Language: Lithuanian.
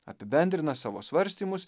apibendrina savo svarstymus